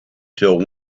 till